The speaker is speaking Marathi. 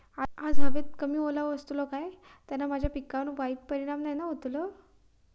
आज हवेत कमी ओलावो असतलो काय त्याना माझ्या पिकावर वाईट परिणाम नाय ना व्हतलो?